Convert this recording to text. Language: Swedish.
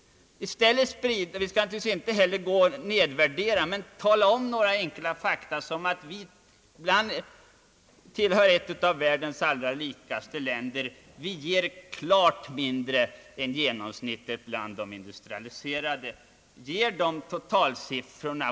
Vi skall naturligtvis inte nedvärdera, men vi skall omtala sådana enkla fakta som att vi är ett av världens rikaste länder men att vi ger klart mindre än genomsnittet bland de industrialiserade länderna.